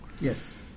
Yes